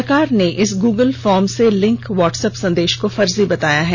सरकार ने इस गूगल फॉर्म से लिंक व्हाटस एप संदेश को फर्जी बताया है